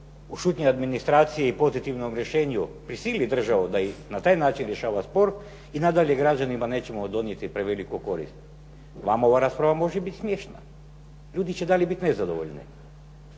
u šutnji administracije i pozitivnom rješenju prisili državu da i na taj način rješava spor i nadalje građanima nećemo donijeti preveliku korist. Vama ova rasprava može biti smiješna, ljudi će i dalje biti nezadovoljni.